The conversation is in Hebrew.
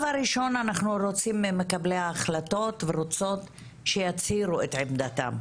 הראשון אנחנו רוצים ממקבלי ההחלטות שיצהירו את עמדתם.